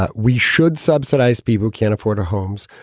ah we should subsidize people who can't afford homes,